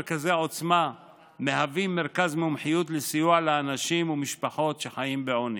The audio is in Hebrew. מרכזי עוצמה מהווים מרכז מומחיות לסיוע לאנשים ומשפחות שחיים בעוני.